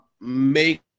make